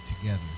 together